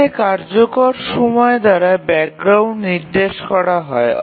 এখানে কার্যকর সময় দ্বারা ব্যাকগ্রাউন্ড নির্দেশ করা হয়